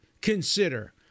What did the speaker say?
consider